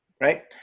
right